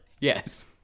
Yes